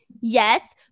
yes